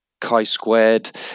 chi-squared